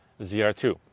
ZR2